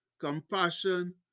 compassion